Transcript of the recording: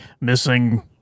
missing